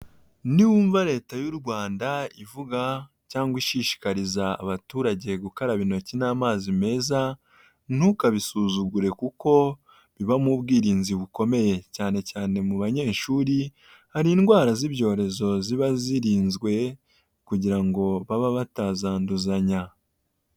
Niwumva leta y'u rwanda ivuga cyangwa ishishikariza abaturage gukaraba intoki n'amazi meza, ntukabisuzugure kuko bibamo ubwirinzi bukomeye cyane cyane mu banyeshuri hari indwara z'ibyorezo ziba zirinzwe kugira ngo babe batazanduzanya.